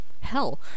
Hell